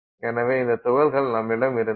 எனவே இந்த துகள்கள் நம்மிடம் இருந்தன